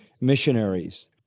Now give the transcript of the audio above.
missionaries